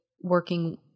working